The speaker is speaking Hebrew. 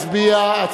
להצביע.